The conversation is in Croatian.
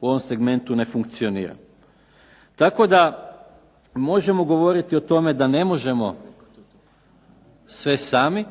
u ovom segmentu ne funkcionira. Tako da možemo govoriti o tome da ne možemo sve sami,